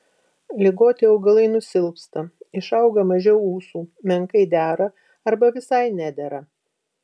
ligoti augalai nusilpsta išauga mažiau ūsų menkai dera arba visai nedera